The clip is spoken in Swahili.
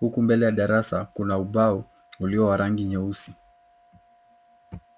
huku mbele ya darasa kuna ubao ulio wa rangi nyeusi.